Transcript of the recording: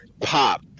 Pop